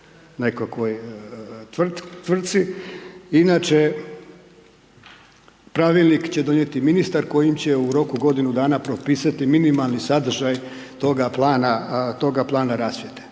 nekoj tvrtci. Inače pravilnik će donijeti ministar koji će u roku godinu dana propisati minimalni sadržaj toga plana rasvjete.